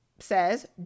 says